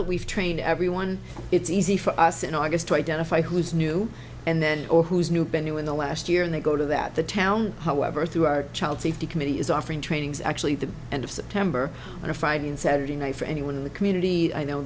that we've trained everyone it's easy for us in august i doubt if i who's new and then or who's new ben who in the last year and they go to that the town however through our child safety committee is offering trainings actually the end of september on a friday and saturday night for anyone in the community i know